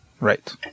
Right